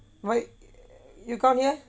what you count here